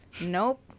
Nope